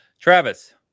Travis